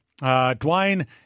Dwayne